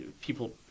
people